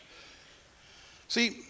See